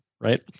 right